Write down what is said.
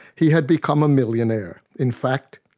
he had become a millionaire. in fact,